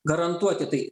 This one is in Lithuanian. garantuoti tai